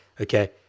okay